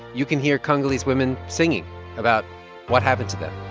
you can hear congolese women singing about what happened to them